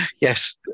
Yes